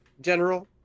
general